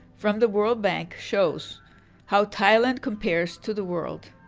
from the world bank shows how thailand compares to the world.